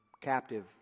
captive